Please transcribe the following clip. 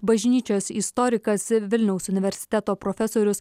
bažnyčios istorikas vilniaus universiteto profesorius